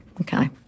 Okay